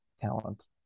talent